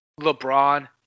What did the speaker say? LeBron